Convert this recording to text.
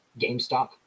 gamestop